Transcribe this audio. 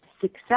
success